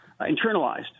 internalized